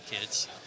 kids